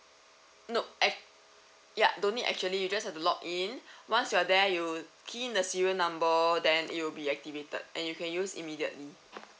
nope act~ yup don't need actually you just have to log in once you're there you'll key in the serial number then it will be activated and you can use immediately